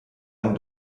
einen